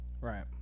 Right